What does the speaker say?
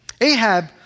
Ahab